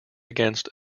against